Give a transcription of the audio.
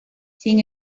sin